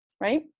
right